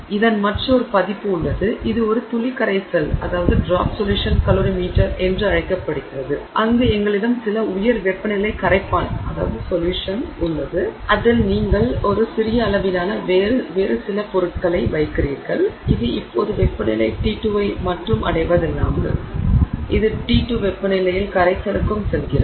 இதன் மற்றொரு பதிப்பு உள்ளது இது ஒரு துளி கரைசல் கலோரிமீட்டர் என்று அழைக்கப்படுகிறது அங்கு எங்களிடம் சில உயர் வெப்பநிலை கரைப்பான் உள்ளது அதில் நீங்கள் ஒரு சிறிய அளவிலான வேறு சில பொருட்களை வைக்கிறீர்கள் இது இப்போது வெப்பநிலை T2 ஐ மட்டும் அடைவதில்லாமல் இது இது T2 வெப்பநிலையில் கரைசலுக்கும் செல்கிறது